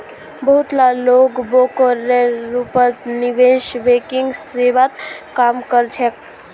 बहुत ला लोग ब्रोकरेर रूपत निवेश बैंकिंग सेवात काम कर छेक